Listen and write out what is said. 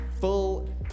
full